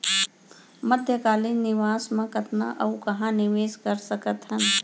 मध्यकालीन निवेश म कतना अऊ कहाँ निवेश कर सकत हन?